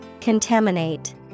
Contaminate